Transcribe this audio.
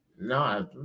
No